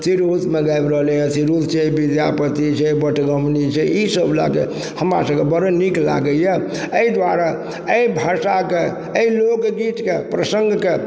तिरहुतमे गाबि रहलइए तिरहुत छै विद्यापति छै बटगबनी छै ईसब लअके हमरा सबके बड़ नीक लागइए अइ दुआरे अइ भाषाके अइ लोकगीतके प्रसङ्गके